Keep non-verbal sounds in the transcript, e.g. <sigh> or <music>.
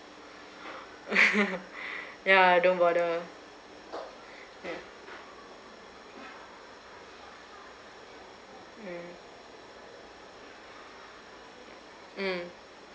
<laughs> ya don't bother <breath> mm mm mm